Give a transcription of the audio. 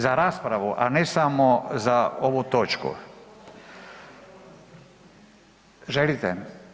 Za raspravu, a ne samo za ovu točku. … [[Upadica iz klupe se ne razumije]] Želite?